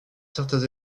certains